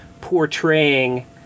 portraying